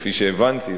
כפי שהבנתי,